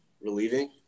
relieving